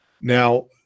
Now